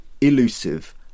elusive